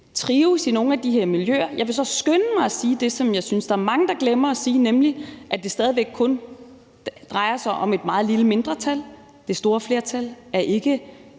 trives i nogle af de her miljøer. Jeg vil så skynde mig at sige det, som jeg synes der er mange der glemmer at sige, nemlig at det stadig væk kun drejer sig om et meget lille mindretal. Det store flertal er ikke